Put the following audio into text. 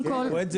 המטרה.